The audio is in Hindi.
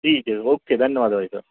जी ओ के धन्यवाद भाई साब